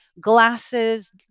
glasses